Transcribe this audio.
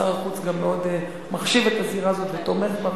שר החוץ גם מאוד מחשיב את הזירה ותומך בה,